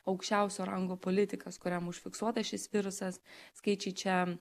aukščiausio rango politikas kuriam užfiksuotas šis virusas skaičiai čia